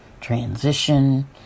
transition